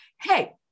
hey